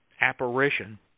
apparition